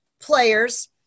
players